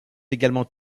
également